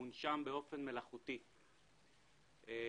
מונשם באופן מלאכותי במטרה,